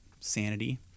Sanity